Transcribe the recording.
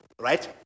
right